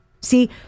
See